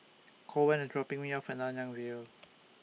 Koen A dropping Me off At Nanyang View